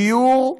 בדיור,